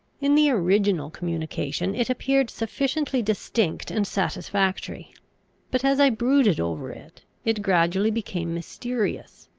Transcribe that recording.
in the original communication it appeared sufficiently distinct and satisfactory but as i brooded over it, it gradually became mysterious.